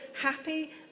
happy